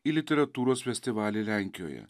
į literatūros festivalį lenkijoje